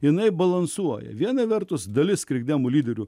jinai balansuoja viena vertus dalis krikdemų lyderių